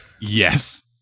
Yes